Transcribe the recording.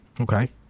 Okay